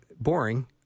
boring